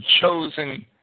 chosen